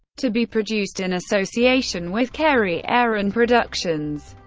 to be produced in association with kerry ehrin productions.